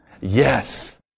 Yes